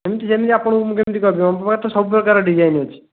ସେମିତି ଯେମିତି ଆପଣଙ୍କୁ ମୁଁ କେମିତି କହିବି ଆମ ପାଖରେ ତ ସବୁ ପ୍ରକାର ଡିଜାଇନ୍ ଅଛି